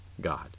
God